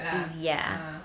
busy ah